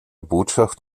botschaft